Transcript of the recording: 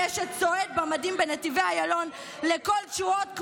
אשד צועד במדים בנתיבי איילון לקול תשואות,